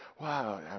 wow